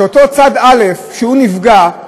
כשאותו צד א', שהוא נפגע,